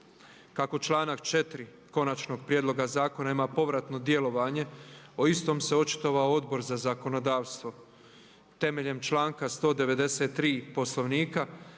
Kako članak 4. konačnog prijedloga zakona ima povratno djelovanje o istom se očitovao Odbor za zakonodavstvo temeljem članka 193. Poslovnika.